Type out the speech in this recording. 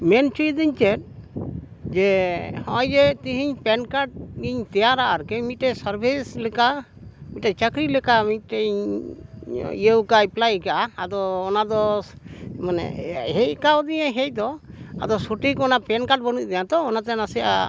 ᱢᱮᱱ ᱦᱚᱪᱚᱭᱤᱫᱟᱹᱧ ᱪᱮᱫ ᱡᱮ ᱦᱚᱸᱜᱼᱚᱭ ᱡᱮ ᱛᱤᱦᱤᱧ ᱯᱮᱱ ᱠᱟᱨᱰ ᱤᱧ ᱛᱮᱭᱟᱨᱟ ᱟᱨᱠᱤ ᱢᱤᱫᱴᱮᱱ ᱥᱟᱨᱵᱷᱤᱥ ᱞᱮᱠᱟ ᱢᱤᱫᱴᱮᱱ ᱪᱟᱠᱹᱨᱤ ᱞᱮᱠᱟ ᱢᱤᱫᱴᱮᱱ ᱤᱧ ᱤᱭᱟᱹᱣ ᱠᱟᱜᱼᱟ ᱮᱯᱞᱟᱭ ᱠᱟᱜᱼᱟ ᱟᱫᱚ ᱚᱱᱟ ᱫᱚ ᱢᱟᱱᱮ ᱦᱮᱡ ᱠᱟᱣᱫᱤᱧᱟᱹ ᱦᱮᱡ ᱫᱚ ᱟᱫᱚ ᱥᱚᱴᱷᱤᱠ ᱚᱱᱟ ᱯᱮᱱ ᱠᱟᱨᱰ ᱵᱟᱹᱱᱩᱜ ᱛᱤᱧᱟᱹ ᱛᱚ ᱚᱱᱟᱛᱮ ᱱᱟᱥᱮᱱᱟᱜ